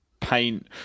paint